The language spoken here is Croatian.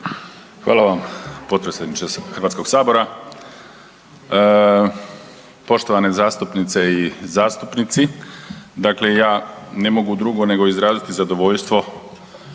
Hvala vam potpredsjedniče HS-a, poštovane zastupnice i zastupnici. Dakle ja ne mogu drugo nego izraziti zadovoljstvo